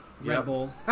Rebel